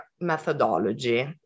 methodology